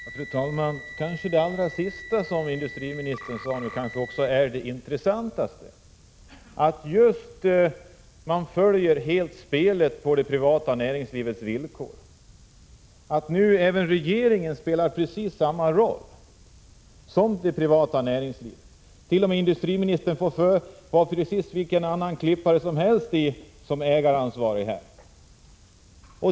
Fru talman! Kanske det allra sista som industriministern sade är det intressantaste. Man följer spelet helt på det privata näringslivets villkor. Nu spelar även regeringen precis samma roll som det privata näringslivet, och industriministern är precis som vilken annan klippare som helst när han uppträder som ägaransvarig här.